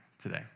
today